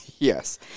Yes